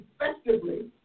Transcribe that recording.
effectively